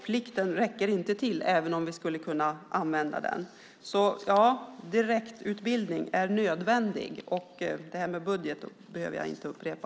Plikten räcker inte till även om vi skulle kunna använda den. Direktutbildning är nödvändig, och det här med budget behöver jag inte upprepa.